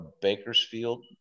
Bakersfield